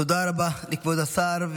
תודה רבה לכבוד השר.